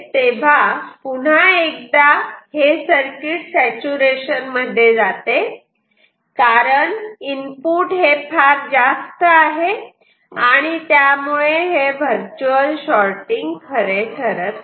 तेव्हा पुन्हा एकदा हे सर्किट सॅचूरेशन मध्ये जाते कारण इनपुट हे फार जास्त आहे आणि त्यामुळे हे वर्च्युअल शॉटिंग खरे ठरत नाही